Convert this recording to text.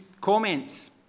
comments